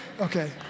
Okay